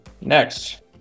Next